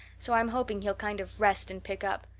so i'm hoping he'll kind of rest and pick up.